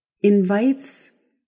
invites